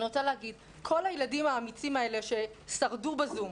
כל הילדים האמיצים האלה ששרדו בזום,